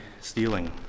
stealing